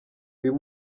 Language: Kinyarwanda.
uyu